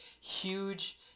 huge